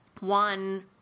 one